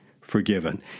forgiven